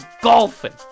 golfing